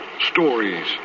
stories